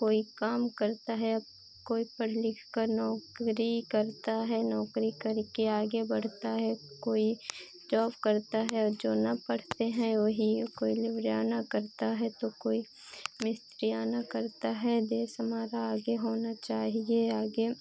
कोई काम करता है या कोई पढ़ लिखकर नौकरी करता है नौकरी करके आगे बढ़ता है तो कोई जॉब करता है और जो न पढ़ते हैं वही औ कोई लेबरेयाना करता है तो कोई मिस्त्रियाना करता है देश हमारा आगे होना चाहिए आगे